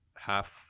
half